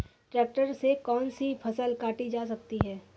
Tractor से कौन सी फसल काटी जा सकती हैं?